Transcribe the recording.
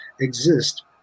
exist